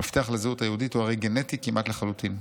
המפתח לזהות היהודית הוא הרי גנטי כמעט לחלוטין,